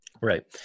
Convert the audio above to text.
Right